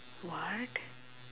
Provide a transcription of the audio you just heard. what